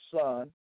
son